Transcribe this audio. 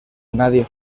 nadie